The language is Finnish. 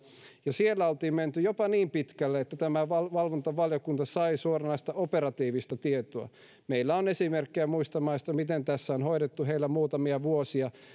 ja siellä oli menty jopa niin pitkälle että tämä valvontavaliokunta sai suoranaista operatiivista tietoa meillä on esimerkkejä muista maista miten tätä on hoidettu heillä muutamia vuosia